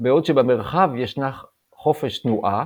בעוד שבמרחב ישנה חופש תנועה,